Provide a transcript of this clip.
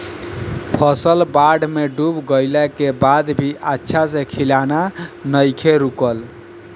फसल बाढ़ में डूब गइला के बाद भी अच्छा से खिलना नइखे रुकल